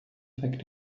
affect